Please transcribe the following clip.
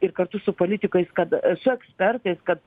ir kartu su politikais kad su ekspertais kad